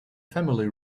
family